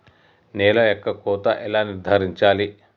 నేల యొక్క కోత ఎలా నిర్ధారించాలి?